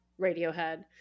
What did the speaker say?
Radiohead